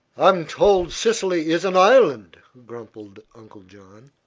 i'm told sicily is an island, grumbled uncle john.